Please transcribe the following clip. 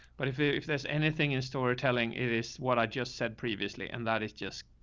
but if, if there's anything in storytelling, it is what i just said previously. and that is just.